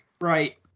Right